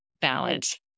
balance